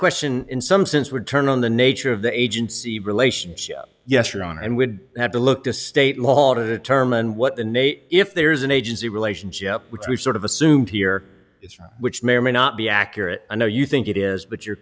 question in some sense would turn on the nature of the agency relationship yes your honor and would have to look to state law to determine what the nate if there's an agency relationship which we've sort of assumed here which may or may not be accurate i know you think it is but you